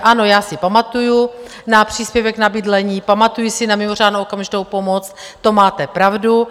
Ano, já si pamatuju na příspěvek na bydlení, pamatuji si na mimořádnou okamžitou pomoc, to máte pravdu.